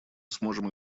сможем